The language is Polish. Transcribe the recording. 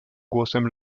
głosem